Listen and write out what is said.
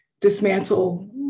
dismantle